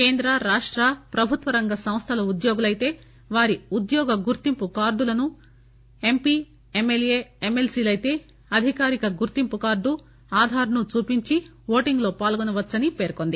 కేంద్ర రాష్ట ప్రభుత్వరంగ సంస్థల ఉద్యోగులైతే వారి ఉద్యోగ గుర్తింపుకార్టులను ఎంపీ ఎమ్మెల్యే ఎమ్మెల్సీలు అయితే అధికారిక గుర్తింపుకార్డు ఆధార్ ను చూపించి ఓటింగ్ లో పాల్గొనవచ్చునని పేర్కొంది